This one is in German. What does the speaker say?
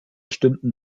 stimmten